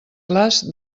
clars